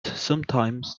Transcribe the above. sometimes